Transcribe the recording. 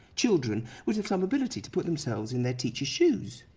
children, would have some ability to put themselves in their teacher's shoes.